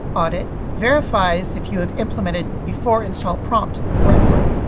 audit, verify if you have implemented beforeinstallprompt correctly.